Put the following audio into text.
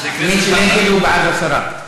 מי שנגד הוא בעד הסרה.